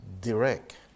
direct